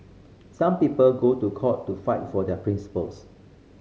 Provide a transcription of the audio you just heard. some people go to court to fight for their principles